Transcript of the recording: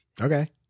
Okay